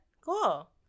cool